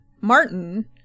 martin